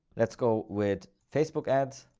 let's go with facebook ads.